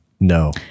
No